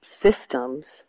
systems